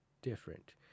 Different